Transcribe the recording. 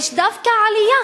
יש דווקא עלייה